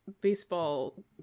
baseball